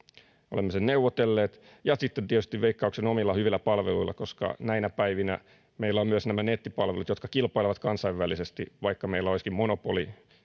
olemme sen neuvotelleet ja sitten tietysti veikkauksen omilla hyvillä palveluilla koska näinä päivinä meillä on myös nämä nettipalvelut jotka kilpailevat kansainvälisesti vaikka meillä olisikin monopoli